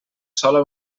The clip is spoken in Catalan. sola